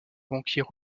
banquiers